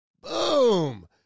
Boom